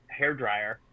hairdryer